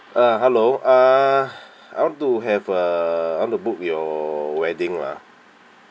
uh hello uh I want to have uh I want to book your wedding lah